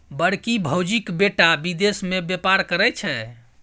बड़की भौजीक बेटा विदेश मे बेपार करय छै